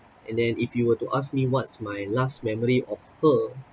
and then if you were to ask me what's my last memory of her